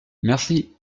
merci